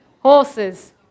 Horses